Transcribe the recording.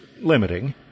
limiting